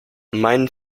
meinen